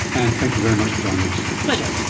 anne, thank you very much for joining us. pleasure.